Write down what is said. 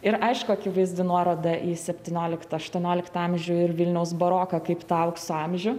ir aišku akivaizdi nuoroda į septynioliktą aštuonioliktą amžių ir vilniaus baroką kaip tą aukso amžių